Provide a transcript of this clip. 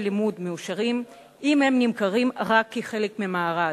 לימוד מאושרים אם הם נמכרים רק כחלק ממארז,